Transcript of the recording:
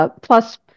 plus